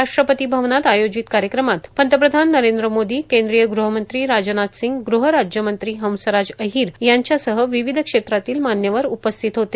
राष्ट्रपती भवनात आयोजित कार्यक्रमात पंतप्रधान नरेंद्र मोदी केंद्रीय गृहमंत्री राजनाथ सिंह गृह राज्यमंत्री हंसराज अहिर यांच्यासह विविध क्षेत्रातील मान्यवर उपस्थित होते